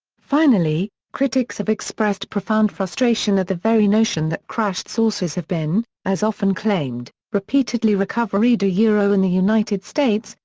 finally, critics have expressed profound frustration at the very notion that crashed saucers have been, as often claimed, repeatedly recovered yeah in and the united states,